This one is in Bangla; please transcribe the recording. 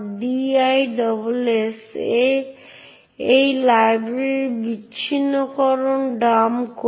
একটি প্রক্রিয়া সেই নির্দিষ্ট ব্যবহারকারীর সাথে সম্পর্কিত uid পরিবর্তন করে এবং তারপর শেলটি কার্যকর করে